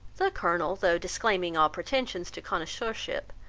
the colonel, though disclaiming all pretensions to connoisseurship,